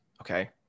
Okay